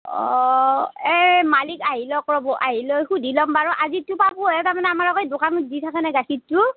অঁ এই মালিক আহি লওক ৰ'ব আহি লৈ সুধি ল'ম বাৰু আজিৰটো পাবয়েই তাৰমানে আমাৰ আকৌ এই দোকানত দি থাকে নে গাখীৰটো